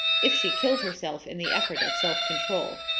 if she killed herself in the effort at self-control.